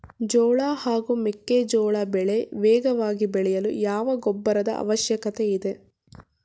ಜೋಳ ಹಾಗೂ ಮೆಕ್ಕೆಜೋಳ ಬೆಳೆ ವೇಗವಾಗಿ ಬೆಳೆಯಲು ಯಾವ ಗೊಬ್ಬರದ ಅವಶ್ಯಕತೆ ಇದೆ?